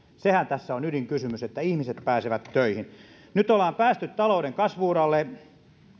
sehän tässä on ydinkysymys että ihmiset pääsevät töihin nyt ollaan päästy talouden kasvu uralle